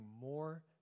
more